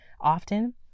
often